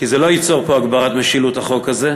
כי זה לא ייצור פה הגברת משילות, החוק הזה,